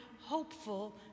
hopeful